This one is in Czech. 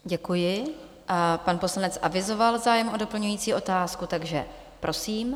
Děkuji a pan poslanec avizoval zájem o doplňující otázku, takže prosím.